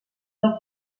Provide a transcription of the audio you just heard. del